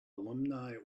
alumni